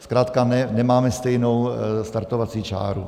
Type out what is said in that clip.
Zkrátka nemáme stejnou startovací čáru.